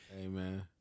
Amen